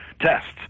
tests